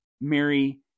Mary